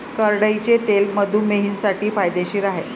करडईचे तेल मधुमेहींसाठी फायदेशीर आहे